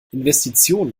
investitionen